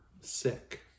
sick